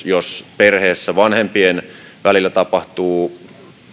jos perheessä vanhempien välillä tapahtuu